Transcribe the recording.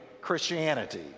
Christianity